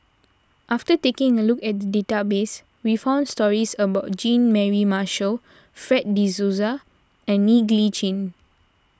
after taking a look at the database we found stories about Jean Mary Marshall Fred De Souza and Ng Li Chin